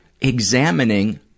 examining